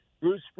Bruce